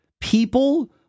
people